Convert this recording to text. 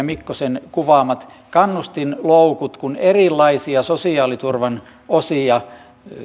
mikkosen kuvaamat kannustinloukut kun erilaisia sosiaaliturvan osia